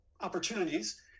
opportunities